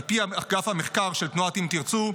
על פי אגף המחקר של תנועת אם תרצו,